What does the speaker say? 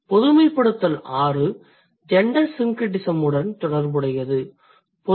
GEN 6 gender syncretismஉடன் தொடர்புடையது